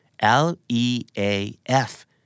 L-E-A-F